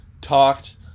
talked